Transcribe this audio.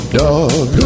dog